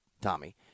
Tommy